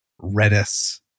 Redis